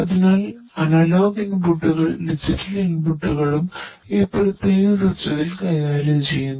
അതിനാൽ അനലോഗ് ഇൻപുട്ടുകളും ഈ പ്രത്യേക സിസ്റ്റത്തിൽ കൈകാര്യം ചെയ്യുന്നു